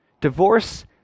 Divorce